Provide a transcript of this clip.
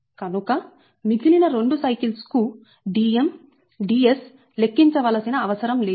కనుక మిగిలిన 2 సైకిల్స్ కు Dm Ds లెక్కించ వలసిన అవసరం లేదు